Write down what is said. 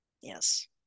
yes